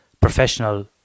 professional